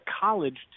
college